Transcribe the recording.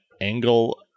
angle